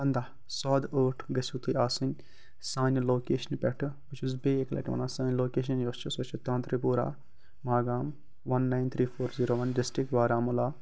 پَنٛداہ صادٕ ٲٹھ گَژھِو تُہۍ آسٕنۍ سانہِ لوکیشنہِ پٮ۪ٹھٕ بہٕ چھُس بیٚیہِ اَکہِ لَٹہِ وَنان سٲنۍ لوکیشَن یۄس چھِ سۄ چھِ تانٛترے پورا Magam one nine three four zero one district Baramulla